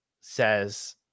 says